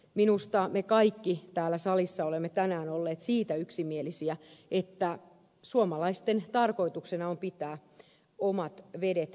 minusta me kaikki täällä salissa olemme tänään olleet siitä yksimielisiä että suomalaisten tarkoituksena on pitää omat vedet puhtaina